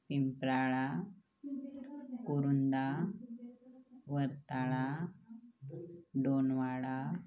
Pimprala Korunda Vatala Donwada